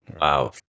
Wow